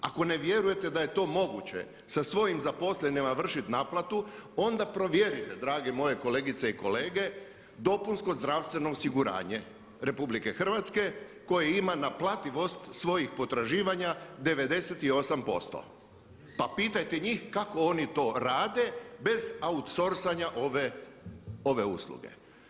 Ako ne vjerujete da je to moguće sa svojim zaposlenim vršiti naplatu, onda provjerite drage moje kolegice i kolege dopunsko zdravstveno osiguranje RH koje ima naplativost svojih potraživanja 98% pa pitajte njih kako oni to rade bez autsorcanja ove usluge.